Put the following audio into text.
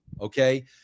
okay